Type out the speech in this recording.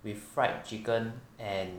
with fried chicken and